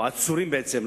או עצורים בעצם,